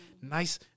nice